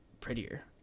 prettier